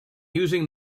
using